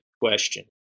question